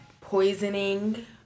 poisoning